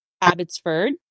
Abbotsford